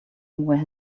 where